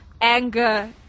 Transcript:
anger